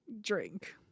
Drink